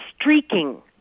streaking